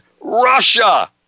Russia